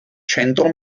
centro